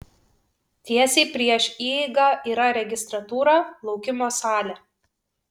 tiesiai prieš įeigą yra registratūra laukimo salė